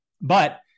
but-